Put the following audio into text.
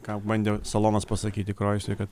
ką bandė solonas pasakyti kroisui kad